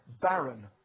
barren